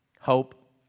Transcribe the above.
hope